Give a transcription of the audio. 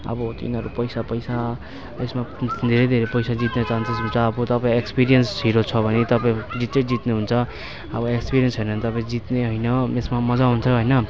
अब तिनीहरू पैसा पैसा र यसमा धेरै धेरै पैसा जित्ने चान्सेस हुन्छ अब तपाईँ एक्सपिरियन्स हिरो छ भने तपाईँ जित्छै जित्नुहुन्छ अब एक्सपिरियन्स छैन भने तपाईँ जित्ने होइन यसमा मजा आउँछ होइन